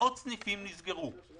מאות סניפים נסגרו,